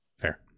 fair